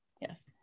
Yes